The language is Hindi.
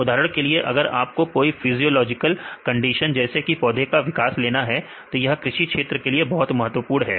उदाहरण के लिए अगर आपको कोई फिजियोलॉजिकल कंडीशन जैसे कि पौधे का विकास लेना है तो यह कृषि क्षेत्र के लिए बहुत महत्वपूर्ण है